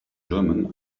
german